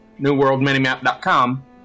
NewWorldMiniMap.com